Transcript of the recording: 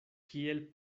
kiel